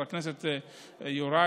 חבר הכנסת יוראי: